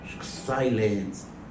silence